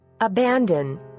Abandon